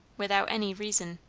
without any reason.